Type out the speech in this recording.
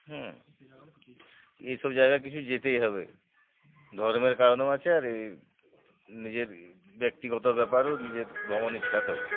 হুম এইসব জায়গা কিছু যেতেই হবে ধর্মের কারণও আছে আর এই নিজের ব্যক্তিগত ব্যাপারও নিজের ভ্রমণ ইচ্ছাতেও